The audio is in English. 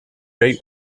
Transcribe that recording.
right